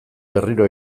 berriro